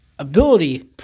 Ability